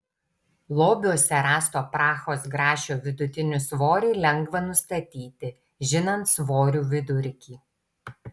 lobiuose rasto prahos grašio vidutinį svorį lengva nustatyti žinant svorių vidurkį